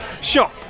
shop